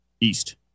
east